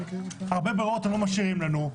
הרבה ברירות אתם לא משאירים לנו,